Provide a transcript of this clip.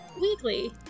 weekly